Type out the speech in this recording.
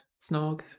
Snog